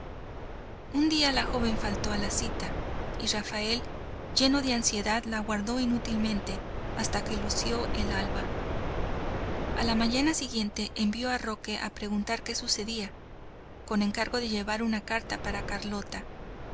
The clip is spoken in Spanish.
un día la joven faltó a la cita y rafael lleno de ansiedad la aguardó inútilmente hasta que lució el alba a la mañana siguiente envió a roque a preguntar qué sucedía con encargo de llevar una carta para carlota